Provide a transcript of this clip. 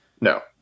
No